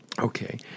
Okay